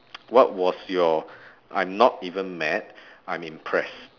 what was your I'm not even mad I'm impressed